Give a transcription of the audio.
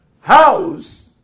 house